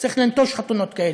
צריך לנטוש חתונות כאלה.